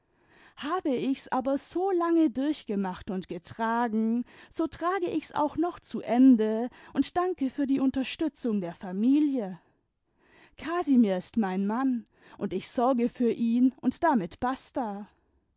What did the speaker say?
habe ich's aber so lange durchgemacht und getragen so trage ich s auch noch zu ende imd danke für die unterstützung der familie casimir ist mein mann und ich sorge für ihn und damit basta